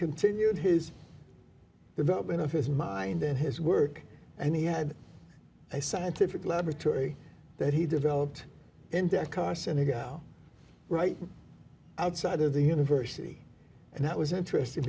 continued his development of his mind and his work and he had a scientific laboratory that he developed into at carson to go right outside of the university and that was interesting